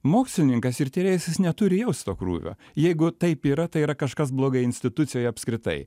mokslininkas ir tyrėjas jis neturi jaust to krūvio jeigu taip yra tai yra kažkas blogai institucijoj apskritai